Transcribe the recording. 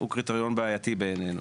הוא קריטריון בעייתי בעינינו.